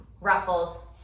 Ruffles